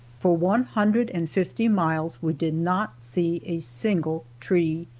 for one hundred and fifty miles we did not see a single tree,